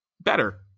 better